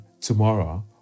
tomorrow